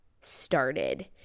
started